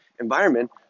environment